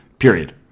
period